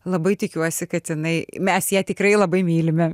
labai tikiuosi kad jinai mes ją tikrai labai mylime